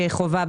כחובה,